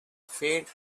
faint